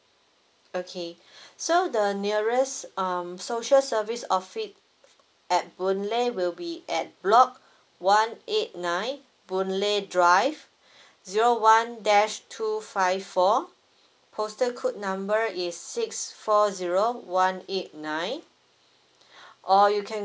okay so the nearest um social service office at boon lay will be at block one eight nine boon lay drive zero one dash two five four postal code number is six four zero one eight nine or you can